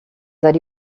that